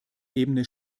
ebene